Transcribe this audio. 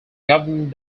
government